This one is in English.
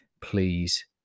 please